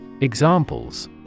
Examples